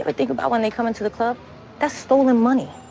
but think about when they come into the club that's stolen money.